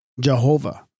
Jehovah